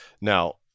now